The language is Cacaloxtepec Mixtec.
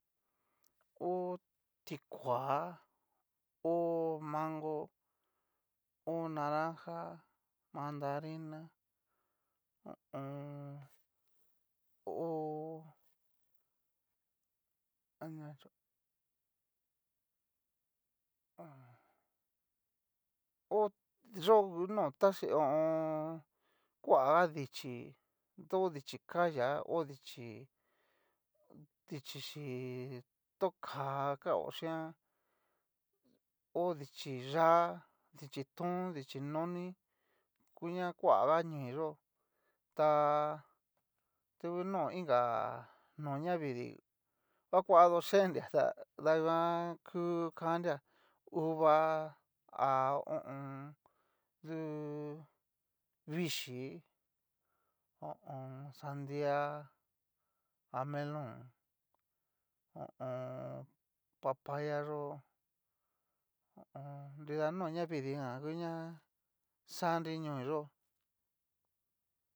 Ho tikua, ho mango, ho mandarina ho o on. ho anria kachó, ho yo ngu no taxhi ho o on. kuaga dichí to ho díchi kayá, dichí ho, dichí chí tó káa kao chian ho dichí yá'a, dichí tón dichi noni, ku ña kuaga ñoin yó, ta angu no inka no ña vidii ngua kua'a tu yendria ta da nguan ku kanria, uva a ho o on. dú vichí'i ho o on. sandia ha melón ho o on. papaya yó ón nrida no navidii jan nguña xanri ñoi yó'o.